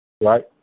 right